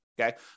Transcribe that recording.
Okay